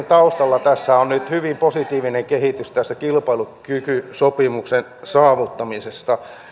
taustalla nyt hyvin positiivinen kehitys tässä kilpailukykysopimuksen saavuttamisessa